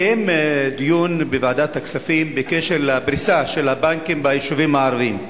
התקיים דיון בוועדת הכספים בקשר לפריסה של הבנקים ביישובים הערביים,